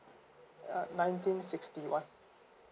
um ninety sixty one